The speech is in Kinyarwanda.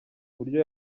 uburyo